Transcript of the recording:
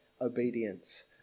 obedience